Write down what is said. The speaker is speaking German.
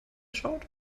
schaut